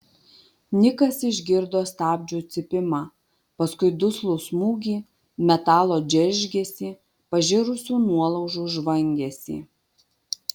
nikas išgirdo stabdžių cypimą paskui duslų smūgį metalo džeržgesį pažirusių nuolaužų žvangesį